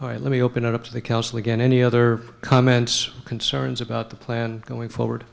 all right let me open it up to the council again any other comments concerns about the plan going forward